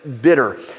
bitter